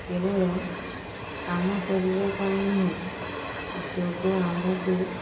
କେବଳ ଆମ ଶରୀର ପାଇଁ ନୁହେଁ ଯୋଗ ଆମକୁ